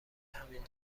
همین